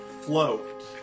float